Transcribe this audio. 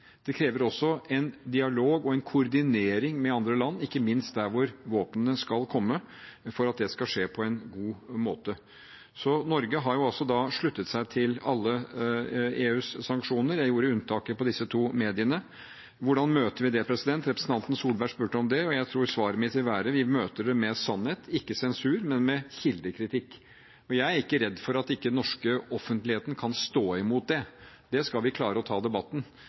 Det krever også en dialog og en koordinering med andre land, ikke minst der hvor våpnene skal komme, for at det skal skje på en god måte. Norge har sluttet seg til alle EUs sanksjoner – jeg gjorde unntaket på disse to mediene. Hvordan møter vi det – representanten Solberg spurte om det – og jeg tror svaret mitt vil være: Vi møter det med sannhet – ikke sensur, men med kildekritikk. Og jeg er ikke redd for at ikke den norske offentligheten kan stå imot det. Det skal vi klare, å ta debatten,